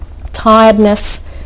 tiredness